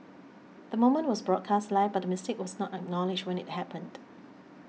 the moment was broadcast live but the mistake was not acknowledged when it happened